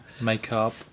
makeup